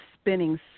spinning